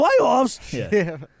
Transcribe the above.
Playoffs